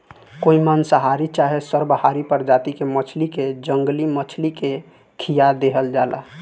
कोई मांसाहारी चाहे सर्वाहारी प्रजाति के मछली के जंगली मछली के खीया देहल जाला